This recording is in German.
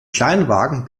kleinwagen